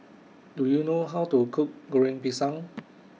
Do YOU know How to Cook Goreng Pisang